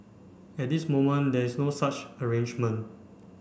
at this moment there is no such arrangement